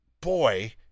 boy